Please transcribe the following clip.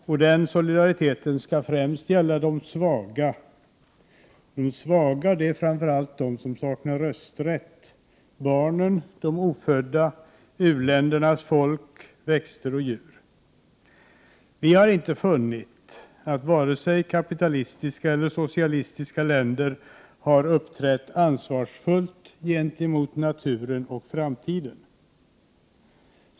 Och den solidariteten skall givetvis främst gälla de svaga. De svaga är framför allt de som saknar makt och rösträtt — barnen; de ofödda, u-ländernas folk, växter och djur. Vi har inte funnit att vare sig kapitalistiska eller socialistiska länder uppträtt ansvarsfullt gentemot naturen och framtiden.